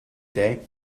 day